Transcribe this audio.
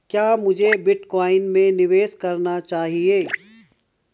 क्या मुझे बिटकॉइन में निवेश करना चाहिए?